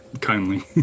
kindly